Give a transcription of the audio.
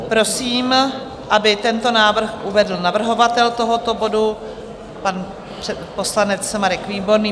Prosím, aby tento návrh uvedl navrhovatel tohoto bodu, pan poslanec Marek Výborný.